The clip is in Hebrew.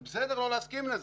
זה בסדר לא להסכים לזה.